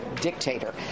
dictator